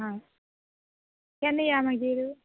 आं केन्ना या मागीर